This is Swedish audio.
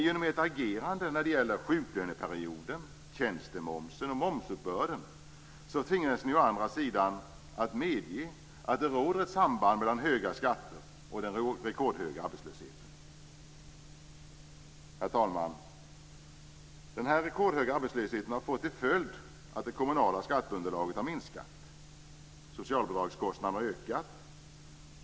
Genom agerandet när det gäller sjuklöneperioden, tjänstemomsen och momsuppbörden tvingas Socialdemokraterna å andra sidan att medge att det råder ett samband mellan de höga skatterna och den rekordhöga arbetslösheten. Herr talman! Den rekordhöga arbetslösheten har fått till följd att det kommunala skatteunderlaget har minskat. Socialbidragskostnaderna har ökat.